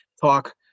talk